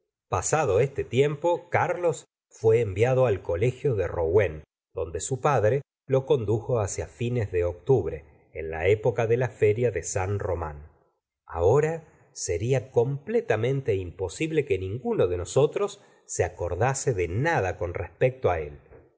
pasado este tiempo carlos fué enviado al colegio de rouen donde su padre lo condujo hacia fines de octubre en la época de la feria de san román ahora sería completamente imposible que ninguno de nosotros se acordase de nada con respecto á él